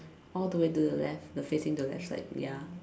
all the way to the left the facing the left side ya